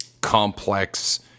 complex